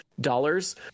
dollars